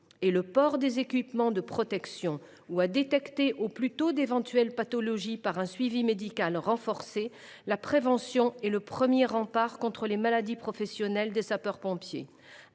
et le port des équipements de protection, ou de détecter au plus tôt d’éventuelles pathologies par un suivi médical renforcé, la prévention est le premier rempart contre les maladies professionnelles des sapeurs pompiers.